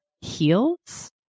heels